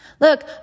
Look